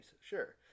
sure